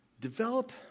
Develop